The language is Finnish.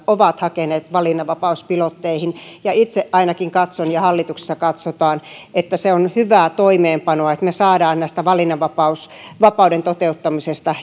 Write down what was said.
ovat hakeneet valinnanvapauspilotteihin itse ainakin katson ja hallituksessa katsotaan että se on hyvää toimeenpanoa että me saamme valinnanvapauden toteuttamisesta